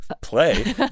Play